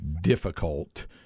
difficult